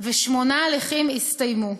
ושמונה הליכים הסתיימו.